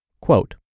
quote